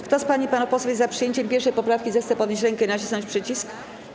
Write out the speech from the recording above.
Kto z pań i panów posłów jest za przyjęciem 1. poprawki, zechce podnieść rękę i nacisnąć przycisk.